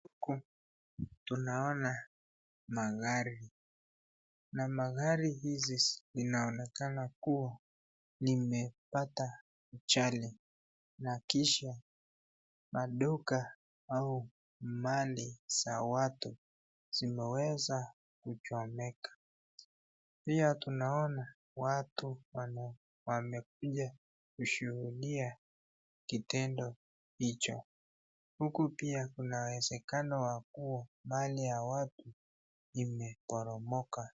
Huku tunaona magari, na magari hizi zinaonekana kuwa imepata ajali na kisha maduka au mali za watu zimeweza kuchomeka pia tunaona watu wamekuja kushuhudia kitendo hicho, huku pia kuna uwezekano ya kuwa mali ya watu imeporomoka.